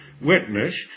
witness